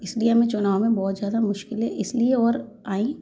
इसलिए हमें चुनाव में बहुत ज़्यादा मुश्किलें इसलिए और आई